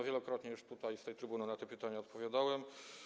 Wielokrotnie już z tej trybuny na te pytania odpowiadałem.